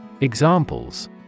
Examples